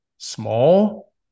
small